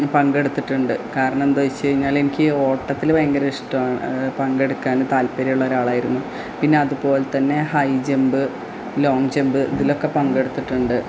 പങ്കെടുത്തിട്ടുണ്ട് കാരണം എന്തായിച്ച് കഴിഞ്ഞാല് എനിക്ക് ഓട്ടത്തില് ഭയങ്കര ഇഷ്ടമാണ് പങ്കെടുക്കാന് താൽപര്യം ഉള്ളൊരാളായിരുന്നു പിന്നെ അതുപോലെതന്നെ ഹൈ ജെമ്പ് ലോങ് ജെമ്പ് ഇതിലൊക്കെ പങ്കെടുത്തിട്ടുണ്ട്